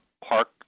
park